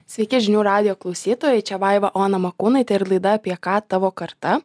sveiki žinių radijo klausytojai čia vaiva ona makūnaitė ir laida apie ką tavo karta